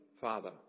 Father